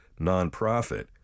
nonprofit